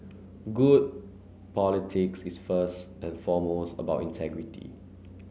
good politics is first and foremost about integrity